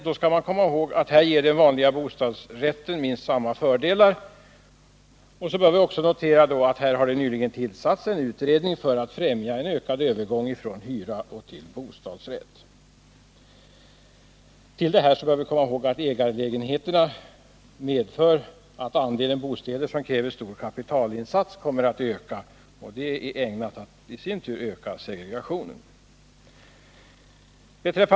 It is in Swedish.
Då skall man emellertid komma ihåg att den vanliga bostadsrätten ger minst samma fördelar. Vi bör därtill notera att det nyligen har tillsatts en utredning i syfte att främja en ökad övergång från hyrestill bostadsrätt. Vi bör också komma ihåg att ägarlägenheter medför att andelen bostäder som kräver stora kapitalinsatser kommer att öka. Det i sin tur är ägnat att öka segregationen.